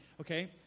Okay